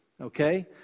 okay